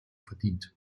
verdient